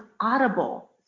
audible